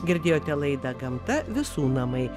girdėjote laidą gamta visų namai